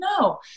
No